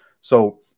So-